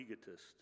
egotist